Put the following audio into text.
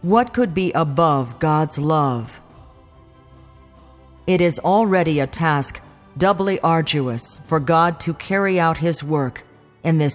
what could be above god's love it is already a task doubly arduous for god to carry out his work in this